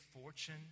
fortune